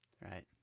right